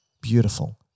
beautiful